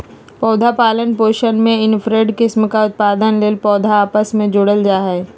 पौधा पालन पोषण में इनब्रेड किस्म का उत्पादन ले पौधा आपस मे जोड़ल जा हइ